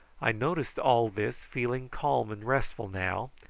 i noticed all this feeling calm and restful now,